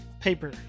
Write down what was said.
Paper